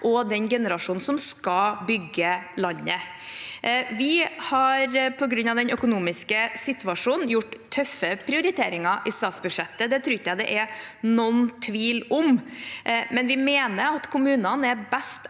og den generasjonen som skal bygge landet. Vi har på grunn av den økonomiske situasjonen gjort tøffe prioriteringer i statsbudsjettet. Det tror jeg ikke det er noen tvil om. Vi mener at kommunene er best